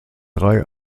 drei